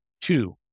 two